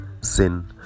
sin